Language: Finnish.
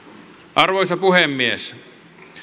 arvoisa puhemies